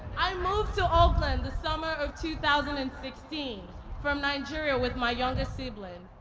i moved to oakland the summer of two thousand and sixteen from nigeria with my youngest sibling,